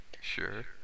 sure